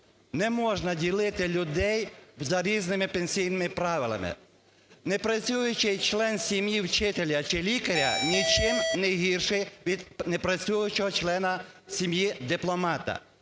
Не можна ділити людей за різними пенсійними правилами. Непрацюючий член сім'ї вчителя чи лікаря нічим не гірший від непрацюючого члена сім'ї дипломата.